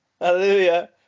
Hallelujah